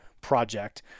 project